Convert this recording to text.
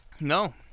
No